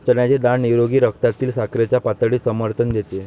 चण्याची डाळ निरोगी रक्तातील साखरेच्या पातळीस समर्थन देते